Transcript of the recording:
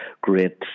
great